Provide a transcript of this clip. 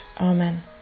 Amen